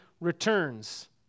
returns